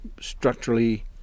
structurally